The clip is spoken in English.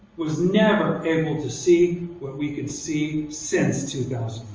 was never able to see what we could see since two